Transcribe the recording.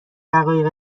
دقایق